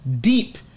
deep